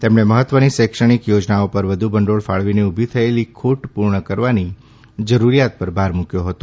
તેમણે મહત્વની શૈક્ષણિક યોજનાઓ પર વધુ ભંડોળ ફાળવીને ઉલી થયેલી ખોટ પૂર્ણ કરવાની જરૂરિયાત પર ભાર મૂક્યો હતો